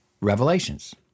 Revelations